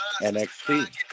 NXT